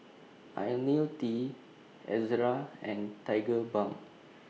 Ionil T Ezerra and Tigerbalm